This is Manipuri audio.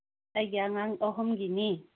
ꯑꯩꯒꯤ ꯑꯉꯥꯡ ꯑꯍꯨꯝꯒꯤꯅꯤ